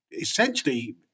essentially